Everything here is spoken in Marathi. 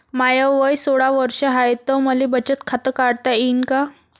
माय वय सोळा वर्ष हाय त मले बचत खात काढता येईन का?